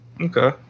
Okay